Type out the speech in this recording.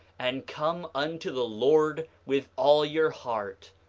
and come unto the lord with all your heart,